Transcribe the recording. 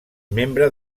membre